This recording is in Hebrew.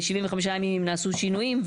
75 ימים אם נעשו שינויים,